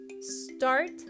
start